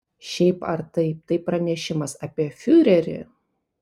šiaip ar taip tai pranešimas apie fiurerį